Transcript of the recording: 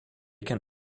can